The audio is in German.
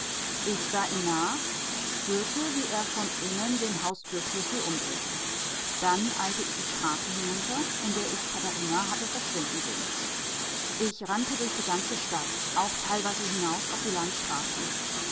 ich sah ihm nach hörte wie er von innen den haustürschlüssel umdrehte dann eilte ich die straße hinunter in der ich katharina hatte verschwinden sehen ich rannte durch die ganze stadt auch teilweise hinaus auf die landstraßen